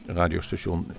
radiostation